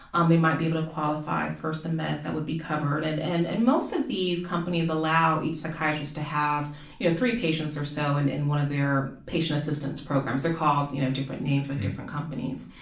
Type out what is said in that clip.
um they might be able to qualify for some meds that would be covered, and and and most of these companies allow each psychiatrist to have you know three patients or so and in one of their patient assistance programs. they are called you know different names with different companies.